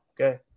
okay